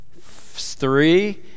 three